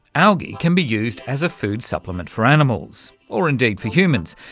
algae can be used as a food supplement for animals, or indeed for humans.